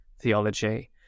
theology